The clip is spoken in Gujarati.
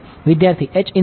વિદ્યાર્થી H ઇન્સીડંટ